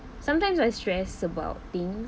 sometimes I stress about things